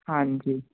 ਹਾਂਜੀ